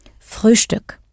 Frühstück